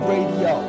Radio